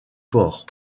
port